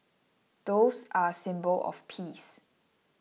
doves are a symbol of peace